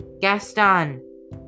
Gaston